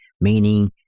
meaning